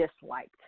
disliked